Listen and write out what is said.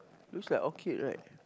looks like Orchid right